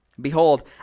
Behold